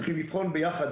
צריך לבחון יחד,